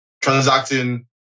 transacting